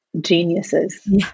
geniuses